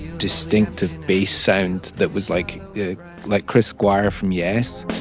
distinctive bass sound that was like yeah like chris squire from yes